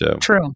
True